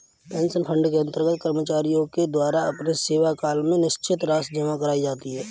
pension fund के अंतर्गत कर्मचारियों के द्वारा अपने सेवाकाल में निश्चित राशि जमा कराई जाती है